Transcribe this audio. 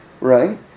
right